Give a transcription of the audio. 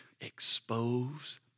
expose